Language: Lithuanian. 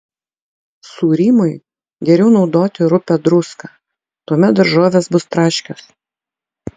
sūrymui geriau naudoti rupią druską tuomet daržovės bus traškios